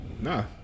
Nah